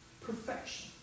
Perfection